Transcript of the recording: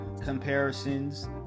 comparisons